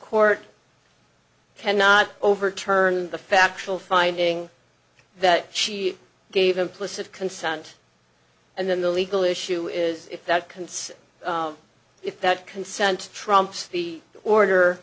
court cannot overturn the factual finding that she gave implicit consent and then the legal issue is if that consent if that consent trumps the order